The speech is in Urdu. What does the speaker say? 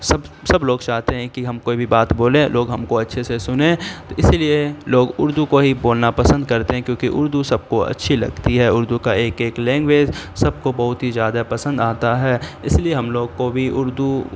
سب سب لوگ چاہتے ہیں کہ ہم کوئی بھی بات بولیں لوگ ہم کو اچھے سے سنیں تو اسی لیے لوگ اردو کو ہی بولنا پسند کرتے ہیں کیونکہ اردو سب کو اچھی لگتی ہے اردو کا ایک ایک لینگویج سب کو بہت ہی زیادہ پسند آتا ہے اس لیے ہم لوگ کو بھی اردو